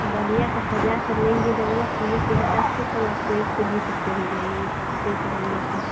डलिया का सजा कर लेंगे डलिया के कीमत हिसाब से तब आपको एक सौ बीस रुपये हो जाएँगे एक डलिया का